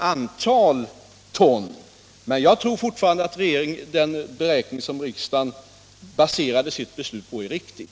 antal ton. Men jag tror fortfarande att den beräkning som riksdagen baserade sitt beslut på är riktig.